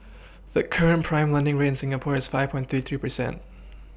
the current prime lending rate in Singapore is five point thirty three percent